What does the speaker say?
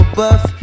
buff